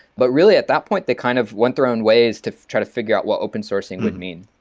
but really, at that point, they kind of went their own ways to try to figure out what open-sourcing would mean.